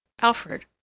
Alfred